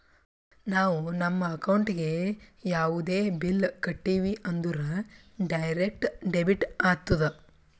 ನಾವು ನಮ್ ಅಕೌಂಟ್ಲೆ ಯಾವುದೇ ಬಿಲ್ ಕಟ್ಟಿವಿ ಅಂದುರ್ ಡೈರೆಕ್ಟ್ ಡೆಬಿಟ್ ಆತ್ತುದ್